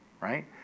Right